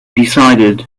decided